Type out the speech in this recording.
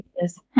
yes